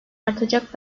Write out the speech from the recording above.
artacak